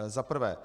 Za prvé.